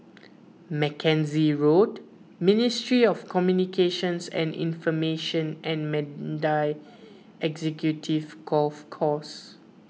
Mackenzie Road Ministry of Communications and Information and Mandai Executive Golf Course